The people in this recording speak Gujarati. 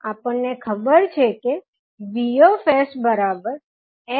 આપણને ખબર છે કે VssLIs Li0